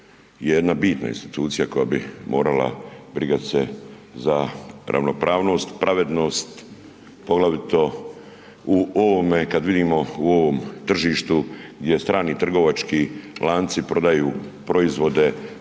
jedna bitna institucija koja bi morala brigat se za ravnopravnost, pravednost poglavito u ovome, kad vidimo u ovom tržištu gdje strani trgovački lanci prodaju proizvode